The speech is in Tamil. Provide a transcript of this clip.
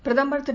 பிரதமர் திரு